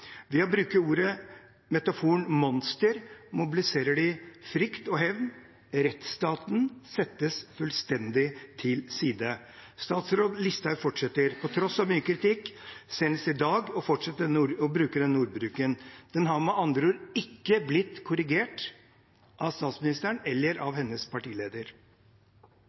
Ved å bruke metaforen «monster» mobiliserer de til frykt og hevn. Rettsstaten settes fullstendig til side. Statsråd Listhaug fortsetter, på tross av mye kritikk, og senest i dag, med den ordbruken. Den har med andre ord ikke blitt korrigert av statsministeren eller av hennes partileder.